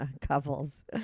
couples